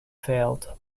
failed